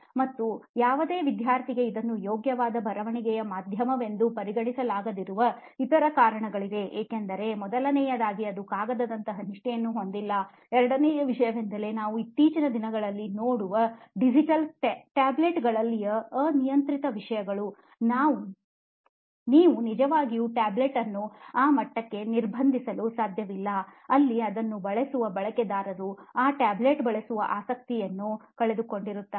ಮತ್ತು ಯಾವುದೇ ವಿದ್ಯಾರ್ಥಿಗೆ ಇದನ್ನು ಯೋಗ್ಯವಾದ ಬರವಣಿಗೆಯ ಮಾಧ್ಯಮವೆಂದು ಪರಿಗಣಿಸಲಾಗದಿರುವ ಇತರ ಕಾರಣಗಳಿವೆ ಏಕೆಂದರೆ ಮೊದಲನೆಯದಾಗಿ ಅದು ಕಾಗದದಂತಹ ನಿಷ್ಠೆಯನ್ನು ಹೊಂದಿಲ್ಲಎರಡನೆಯ ವಿಷಯವೆಂದರೆ ನಾವು ಇತ್ತೀಚಿನ ದಿನಗಳಲ್ಲಿ ನೋಡುವ ಡಿಜಿಟಲ್ ಟ್ಯಾಬ್ಲೆಟ್ಗಳಲ್ಲಿನ ಅನಿಯಂತ್ರಿತ ವಿಷಯಗಳುನೀವು ನಿಜವಾಗಿಯೂ ಟ್ಯಾಬ್ಲೆಟ್ ಅನ್ನು ಆ ಮಟ್ಟಕ್ಕೆ ನಿರ್ಬಂಧಿಸಲು ಸಾಧ್ಯವಿಲ್ಲ ಅಲ್ಲಿ ಅದನ್ನು ಬಳಸುವ ಬಳಕೆದಾರರು ಆ ಟ್ಯಾಬ್ಲೆಟ್ ಬಳಸುವ ಆಸಕ್ತಿಯನ್ನು ಕಳೆದುಕೊಳ್ಳುತ್ತಾರೆ